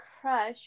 crush